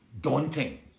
Daunting